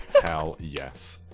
hell, yes.